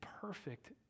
perfect